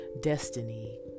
destiny